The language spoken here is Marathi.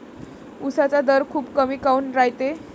उसाचा दर खूप कमी काऊन रायते?